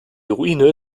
ruine